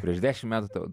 prieš dešim metų tau